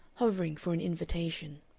hovering for an invitation.